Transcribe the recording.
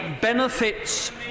benefits